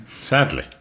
sadly